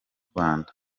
rwanda